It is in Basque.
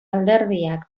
alderdiak